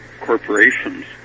corporations